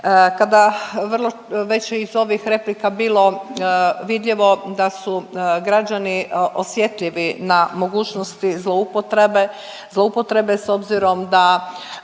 Kada već iz ovih replika bilo vidljivo da su građani osjetljivi na mogućnosti zloupotrebe, zloupotrebe s obzirom da